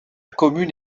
commune